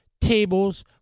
tables